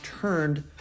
turned